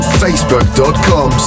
facebook.com